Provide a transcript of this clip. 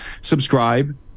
subscribe